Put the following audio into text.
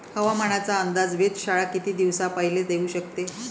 हवामानाचा अंदाज वेधशाळा किती दिवसा पयले देऊ शकते?